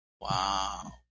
Wow